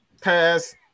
pass